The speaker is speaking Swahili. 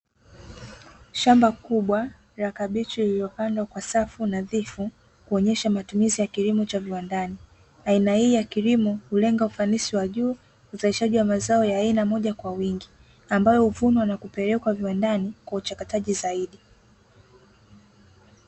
Shamba kubwa la kabichi lililopandwa kwa safu nadhifu, kuonyesha matumizi ya kilimo cha viwandani. Aina hii ya kilimo hulenga ufanisi wa juu, uzalishaji wa mazao ya aina moja kwa wingi, ambayo huvunwa na kupelekwa viwandani kwa uchakataji zaidi.